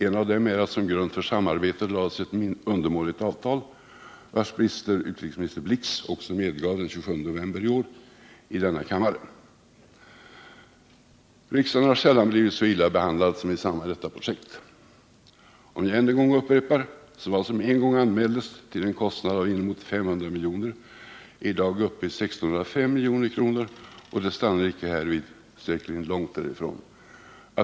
Ett av skälen är att som grund för samarbetet lades ett undermåligt avtal, vars brister utrikesminister Blix också medgav den 27 november i år i denna kammare. Riksdagen har sällan blivit så illa behandlad som i samband med detta projekt. Jag vill än en gång upprepa: Vad som en gång anmäldes till en kostnad av inemot 500 milj.kr. är i dag uppe i I 605 milj.kr., och det stannar icke härvid — säkerligen långt ifrån.